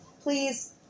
please